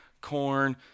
corn